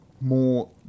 more